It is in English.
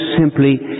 simply